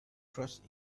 trust